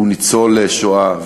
והוא ניצול השואה,